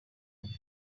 never